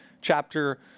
chapter